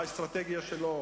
האסטרטגיה שלו,